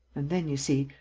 and then, you see,